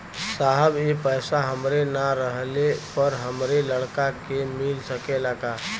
साहब ए पैसा हमरे ना रहले पर हमरे लड़का के मिल सकेला का?